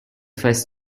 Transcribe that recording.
first